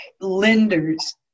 lenders